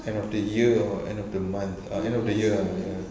end of the year or end of the month ah end of the year ah ya